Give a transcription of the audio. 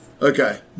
Okay